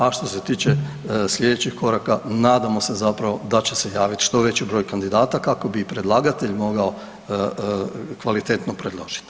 A što se tiče slijedećih koraka nadamo se zapravo da će se javit što veći broj kandidata kako bi i predlagatelj mogao kvalitetno predložit.